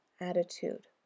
attitude